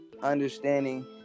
understanding